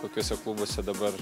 kokiuose klubuose dabar